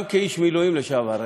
גם כאיש מילואים לשעבר,